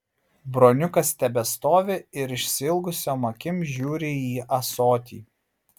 broniukas tebestovi ir išsiilgusiom akim žiūri į ąsotį